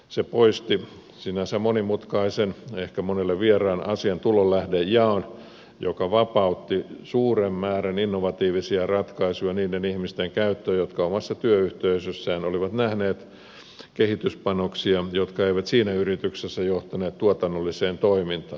se poisti sinänsä monimutkaisen ehkä monelle vieraan asian tulonlähdejaon mikä vapautti suuren määrän innovatiivisia ratkaisuja niiden ihmisten käyttöön jotka omassa työyhteisössään olivat nähneet kehityspanoksia jotka eivät siinä yrityksessä johtaneet tuotannolliseen toimintaan